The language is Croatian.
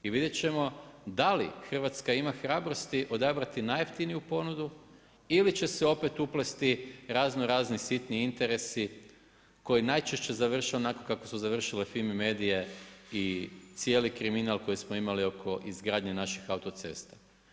I vidjeti ćemo, da li Hrvatska ima hrabrosti odabrati najjeftiniju ponudu, ili će se opet uplesti razno razni sitni interesi koji najčešće završe onako kako su završile FIMA-e medije i cijeli kriminal koje smo imali oko izgradnje naših cesta.